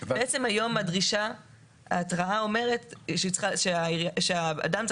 בעצם היום ההתראה אומרת שאדם צריך